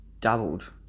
doubled